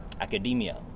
academia